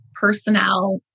personnel